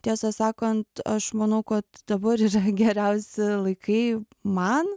tiesą sakant aš manau kad dabar yra geriausi laikai man